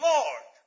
Lord